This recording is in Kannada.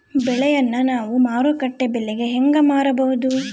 ಬೆಳೆಯನ್ನ ನಾವು ಮಾರುಕಟ್ಟೆ ಬೆಲೆಗೆ ಹೆಂಗೆ ಮಾರಬಹುದು?